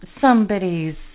somebody's